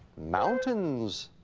mountains.